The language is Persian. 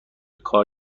کار